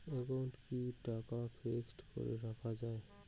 একাউন্টে কি টাকা ফিক্সড করে রাখা যায়?